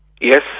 yes